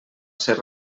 ser